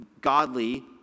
godly